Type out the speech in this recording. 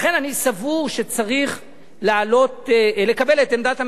לכן אני סבור שצריך לקבל את עמדת הממשלה,